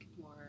more